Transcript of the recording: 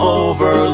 over